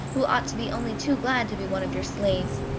who ought to be only too glad to be one of your slaves.